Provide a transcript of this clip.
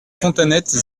fontanettes